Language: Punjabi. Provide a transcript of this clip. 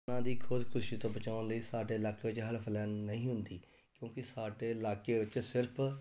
ਕਿਸਾਨਾਂ ਦੀ ਖੁਦਕੁਸ਼ੀ ਤੋਂ ਬਚਾਉਣ ਲਈ ਸਾਡੇ ਇਲਾਕੇ ਵਿੱਚ ਹੈਲਪਲਾਈਨ ਨਹੀਂ ਹੁੰਦੀ ਕਿਉਂਕਿ ਸਾਡੇ ਇਲਾਕੇ ਵਿੱਚ ਸਿਰਫ਼